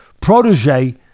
protege